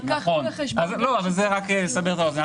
זה רק לסבר את האוזן.